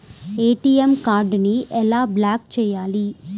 ATM కార్డుని ఎలా block చేయాలి?